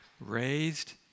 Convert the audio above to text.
raised